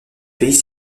pays